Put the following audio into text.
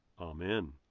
amen